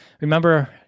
remember